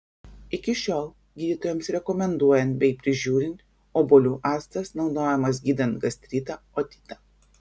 iki šiol gydytojams rekomenduojant bei prižiūrint obuolių actas naudojamas gydant gastritą otitą